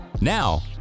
Now